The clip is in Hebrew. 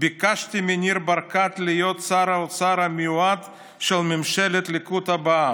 ביקשתי מניר ברקת להיות שר האוצר המיועד של ממשלת הליכוד הבאה.